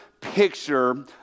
picture